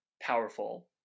powerful